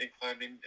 climbing